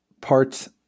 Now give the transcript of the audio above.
parts